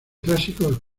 clásicos